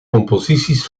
composities